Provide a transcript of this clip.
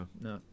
no